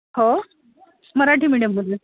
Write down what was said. हो मराठी मीडियम